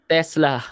Tesla